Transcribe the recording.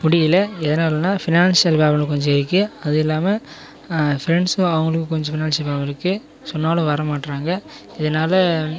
முடியல எதனாலன்னால் financial problem கொஞ்சம் இருக்குது அதுவும் இல்லாமல் ப்ரெண்ட்ஸும் அவங்களுக்கும் கொஞ்சம் ஃபினான்சியல் ப்ராப்ளம் இருக்குது சொன்னாலும் வரமாட்டேறாங்க இதனால்